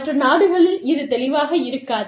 மற்ற நாடுகளில் இது தெளிவாக இருக்காது